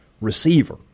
receiver